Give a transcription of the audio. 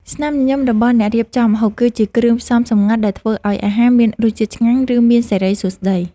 ស្នាមញញឹមរបស់អ្នករៀបចំម្ហូប គឺជាគ្រឿងផ្សំសម្ងាត់ដែលធ្វើឱ្យអាហារមានរសជាតិឆ្ងាញ់ ឬមានសិរីសួស្តី។